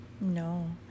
No